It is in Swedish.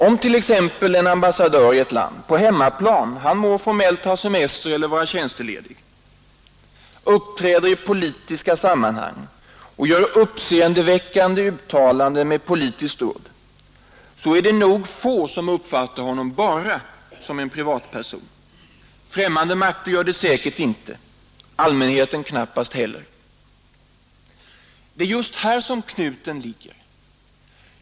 Om t.ex. en ambassadör i ett land på hemmaplan, han må formellt ha semester eller vara tjänstledig, uppträder i politiska sammanhang och gör uppseendeväckande uttalanden med politisk udd, så är det nog få som uppfattar honom bara som en privatperson. Främmande makter gör det säkert inte. Allmänheten knappast heller. Det är just här som knuten ligger.